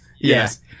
Yes